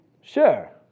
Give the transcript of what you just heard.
Sure